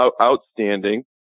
outstanding